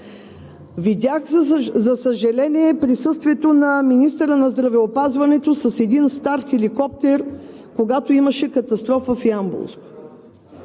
Видях, за съжаление, присъствието на министъра на здравеопазването с един стар хеликоптер, когато имаше катастрофа в Ямболско.